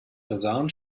versahen